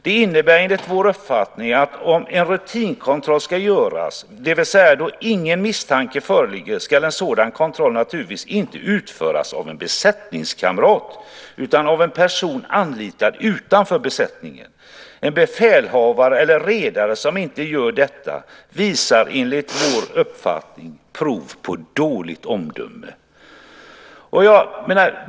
Det innebär enligt vår uppfattning att om en rutinkontroll ska göras, det vill säga då ingen misstanke föreligger, ska en sådan kontroll naturligtvis inte utföras av en besättningskamrat utan av en person anlitad utanför besättningen. En befälhavare eller redare som inte gör detta visar enligt vår uppfattning prov på dåligt omdöme.